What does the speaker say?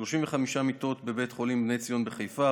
35 מיטות בבית חולים בני ציון בחיפה,